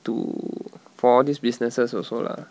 to for all these businesses also lah